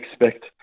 expect